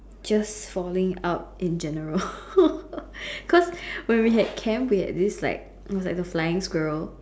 just falling out in general cause when we had camp we had this like it was the flying squirrel